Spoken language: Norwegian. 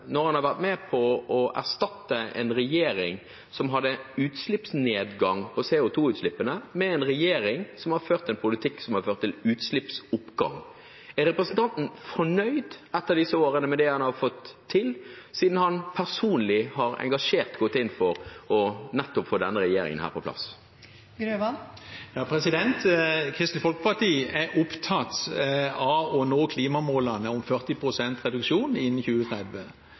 når han har vært med på å erstatte en regjering som hadde utslippsnedgang for CO 2 -utslippene, med en regjering som har ført en politikk som har ført til utslippsoppgang. Er representanten etter disse årene fornøyd med det han har fått til siden han personlig har gått engasjert inn for nettopp å få denne regjeringen på plass? Kristelig Folkeparti er opptatt av å nå klimamålene om 40 pst. reduksjon innen 2030.